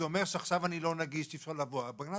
זה אומר שעכשיו אני לא נגיש ואי אפשר לבוא אלי.